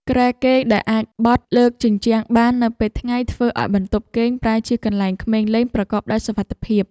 គ្រែគេងដែលអាចបត់លើកជញ្ជាំងបាននៅពេលថ្ងៃធ្វើឱ្យបន្ទប់គេងប្រែជាកន្លែងក្មេងលេងប្រកបដោយសុវត្ថិភាព។